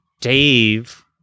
Dave